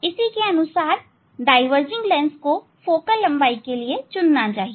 इसी के अनुसार डाईवर्जिंग लेंस की फोकल लंबाई चुनना चाहिए